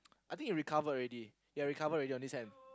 I think it recovered already ya it recovered already on this hand